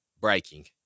Breaking